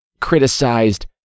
criticized